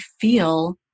feel